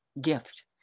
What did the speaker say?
gift